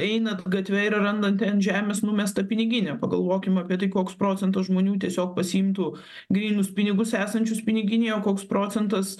einat gatve ir randate ant žemės numestą piniginę pagalvokim apie tai koks procentas žmonių tiesiog pasiimtų grynus pinigus esančius piniginėje koks procentas